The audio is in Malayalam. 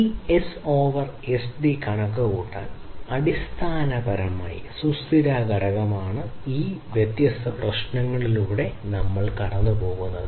ഈ എസ് ഓവർ എസ്ഡി കണക്കുകൂട്ടാൻ അടിസ്ഥാനപരമായി സുസ്ഥിരതാ ഘടകമാണ് ഈ വ്യത്യസ്ത പ്രശ്നങ്ങളിലൂടെ നമ്മൾ കടന്നുപോയത്